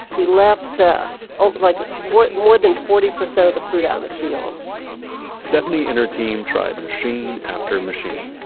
we left ah like more more than forty percent of the fruit out in the field stephanie and her team tried machine after machine,